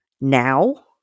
Now